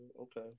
Okay